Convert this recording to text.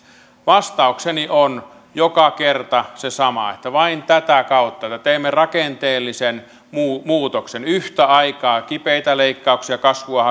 vastaukseni on joka kerta se sama vain tätä kautta että teemme rakenteellisen muutoksen yhtä aikaa kipeitä leikkauksia ja kasvua